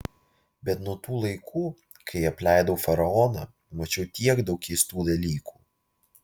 bet nuo tų laikų kai apleidau faraoną mačiau tiek daug keistų dalykų